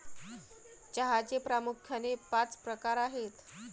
चहाचे प्रामुख्याने पाच प्रकार आहेत